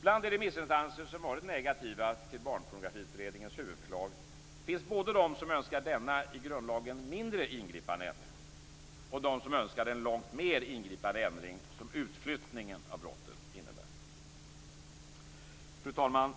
Bland de remissinstanser som varit negativa till Barnpornografiutredningens huvudförslag finns både de som önskar denna i grundlagen mindre ingripande ändring och de som önskar den långt mer ingripande ändring som utflyttningen av brottet innebär. Fru talman!